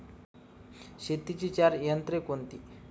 शेतीची चार तंत्रे कोणती?